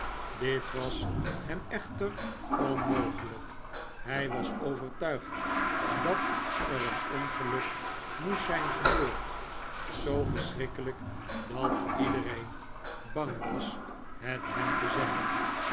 dit was hem echter onmogelijk hij was overtuigd dat er een ongeluk moest zijn gebeurd zoo verschrikkelijk dat iedereen bang was het hem te zeggen